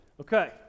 Okay